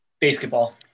Basketball